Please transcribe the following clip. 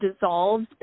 dissolves